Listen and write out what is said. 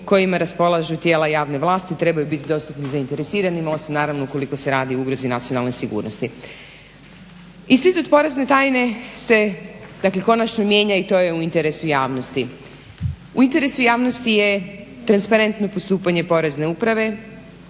kojima raspolažu tijela javne vlasti trebaju biti dostupni zainteresiranima, osim naravno ukoliko se radi o ugrozi nacionalne sigurnosti. Institut porezne tajne se dakle konačno mijenja i to je u interesu javnosti. U interesu javnosti je transparentno postupanje porezne uprave,